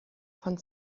von